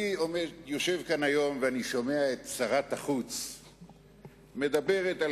אני יושב כאן היום ושומע את שרת החוץ מדברת על